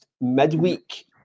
midweek